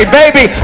baby